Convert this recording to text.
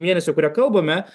mėnesio kurią kalbame